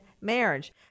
marriage